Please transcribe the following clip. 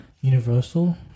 universal